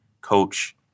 Coach